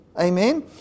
amen